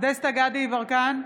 דסטה גדי יברקן,